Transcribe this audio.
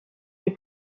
les